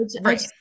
right